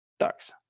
ducks